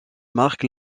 marque